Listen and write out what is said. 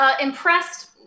Impressed